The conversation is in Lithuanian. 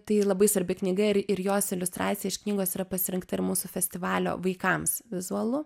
tai labai svarbi knyga ir ir jos iliustracija iš knygos yra pasirinkta ir mūsų festivalio vaikams vizualu